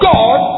God